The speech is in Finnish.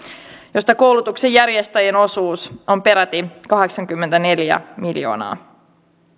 josta koulutuksen järjestäjien osuus on peräti kahdeksankymmentäneljä miljoonaa